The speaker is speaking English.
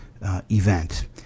event